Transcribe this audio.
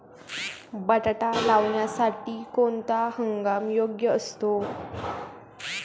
बटाटा लावण्यासाठी कोणता हंगाम योग्य असतो?